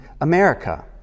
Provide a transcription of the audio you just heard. America